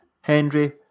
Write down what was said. Henry